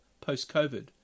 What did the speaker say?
post-COVID